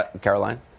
Caroline